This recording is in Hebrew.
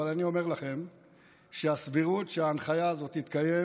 אבל אני אומר לכם שהסבירות שההנחיה הזאת תתקיים